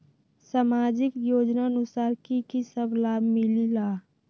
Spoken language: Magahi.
समाजिक योजनानुसार कि कि सब लाब मिलीला?